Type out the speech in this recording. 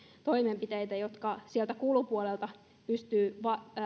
toimenpiteitä jotka sieltä kulupuolelta pystyvät